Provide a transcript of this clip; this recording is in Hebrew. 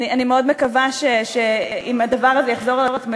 אני מאוד מקווה שאם הדבר הזה יחזור על עצמו,